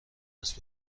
است